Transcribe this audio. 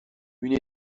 une